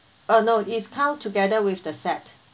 oh no is come together with the set